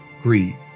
Greed